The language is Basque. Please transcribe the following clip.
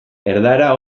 erdara